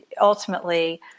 ultimately